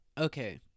okay